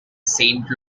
saint